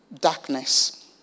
darkness